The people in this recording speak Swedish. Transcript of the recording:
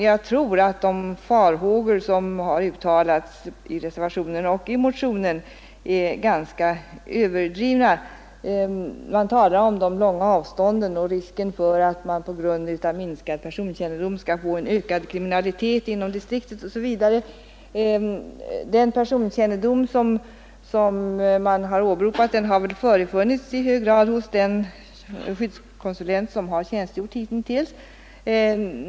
Jag tror att de farhågor som uttalats i reservationen och i motionen är ganska överdrivna; man talar om de långa avstånden och risken för att man på grund av minskad personkännedom skall få en ökad kriminalitet inom distriktet. Den personkännedom som man åberopat har väl i hög grad förefunnits hos den skyddskonsulent som tjänstgjort hitintills.